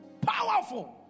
Powerful